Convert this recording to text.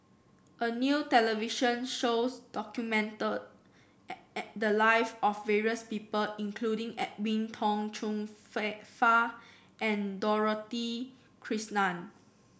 a new television shows documented the live of various people including Edwin Tong Chun Fai and Dorothy Krishnan